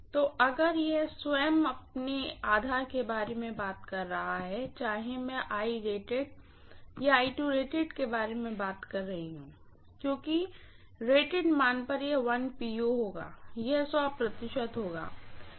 तो अगर यह अपने स्वयं के आधार के बारे में बात कर रहा है चाहे मैं या के बारे में बात कर रही हूँ क्योंकि रेटेड मान पर यह pu होगा यह प्रतिशत होगा